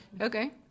Okay